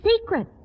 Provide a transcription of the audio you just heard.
secret